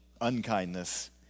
unkindness